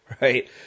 right